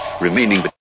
remaining